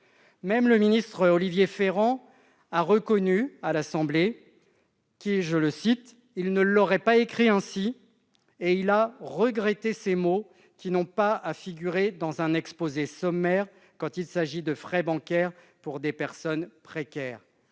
Même le ministre Olivier Véran a reconnu :« Je ne l'aurais pas écrit ainsi et je regrette ces mots qui n'ont pas à figurer dans un exposé sommaire quand il s'agit de frais bancaires pour des personnes précaires.